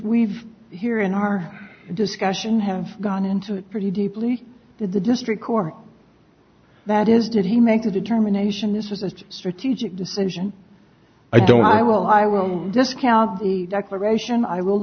we've here in our discussion have gone into it pretty deeply did the district court that is did he make a determination this is a strategic decision i don't i will i will discount the declaration i will